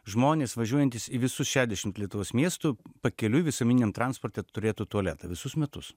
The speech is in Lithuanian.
žmonės važiuojantys į visus šešiasdešimt lietuvos miestų pakeliui visuomeniniam transporte turėtų tualetą visus metus